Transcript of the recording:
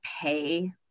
pay